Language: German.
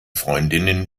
freundinnen